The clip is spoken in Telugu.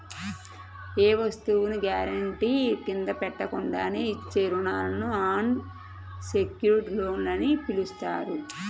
ఏ వస్తువును గ్యారెంటీ కింద పెట్టకుండానే ఇచ్చే రుణాలను అన్ సెక్యుర్డ్ లోన్లు అని పిలుస్తారు